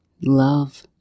love